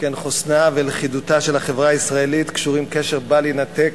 שכן חוסנה ולכידותה של החברה הישראלית קשורים קשר בל יינתק,